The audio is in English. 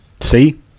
see